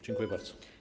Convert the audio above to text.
Dziękuję bardzo.